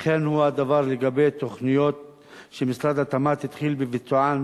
וכן הוא הדבר לגבי תוכניות שמשרד התמ"ת התחיל בביצוען